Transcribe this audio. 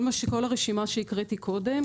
כל הרשימה שהקראתי קודם,